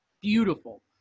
Beautiful